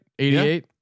88